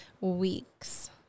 weeks